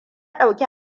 ɗauki